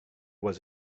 was